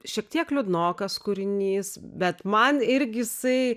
šiek tiek liūdnokas kūrinys bet man irgi jisai